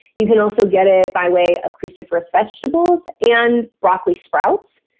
you can also get it by way of cruciferous vegetables and broccoli sprouts.